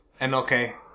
MLK